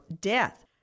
death